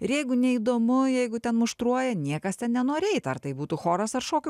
ir jeigu neįdomu jeigu ten muštruoja niekas nenori eit ar tai būtų choras ar šokių